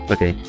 Okay